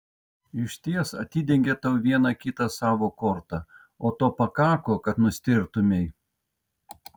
išties atidengė tau vieną kitą savo kortą o to pakako kad nustėrtumei